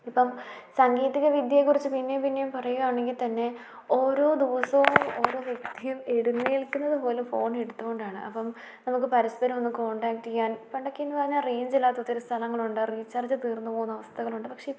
ഇപ്പം സാങ്കേതിക വിദ്യയെക്കുറിച്ച് പിന്നെയും പിന്നെയും പറയുകയാണെങ്കിൽ തന്നെ ഓരോ ദിവസവും ഓരോ വ്യക്തിയും എഴുന്നേൽക്കുന്നതു പോലും ഫോൺ എടുത്തു കൊണ്ടാണ് അപ്പം നമുക്ക് പരസ്പരം ഒന്ന് കോൺടാക്റ്റ് ചെയ്യാൻ പണ്ടൊക്കെ എന്നു പറഞ്ഞാൽ റേഞ്ചില്ലാത്ത ഒത്തിരി സ്ഥലങ്ങളുണ്ട് റീചാർജ് തീർന്നു പോകുന്ന അവസ്ഥകളുണ്ട് പക്ഷേ ഇപ്പം